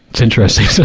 it's interesting. so.